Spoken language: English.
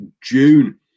June